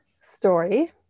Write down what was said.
story